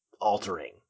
altering